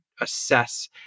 assess